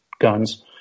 guns